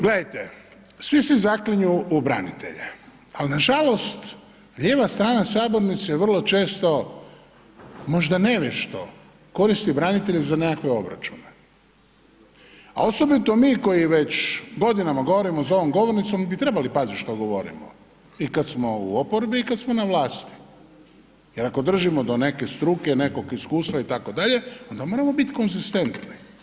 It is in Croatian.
Gledajte, svi se zaklinju u branitelje, al nažalost lijeva strana sabornice vrlo često možda nevješto koristi branitelje za nekakve obračune, a osobito mi koji već godinama govorimo za ovom govornicom bi trebali paziti što govorimo i kad smo u oporbi i kad smo na vlasti, jer ako držimo do neke struke, nekog iskustva itd. onda moramo biti konzistentni.